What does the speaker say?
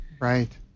Right